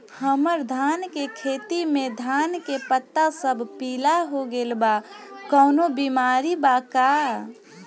हमर धान के खेती में धान के पता सब पीला हो गेल बा कवनों बिमारी बा का?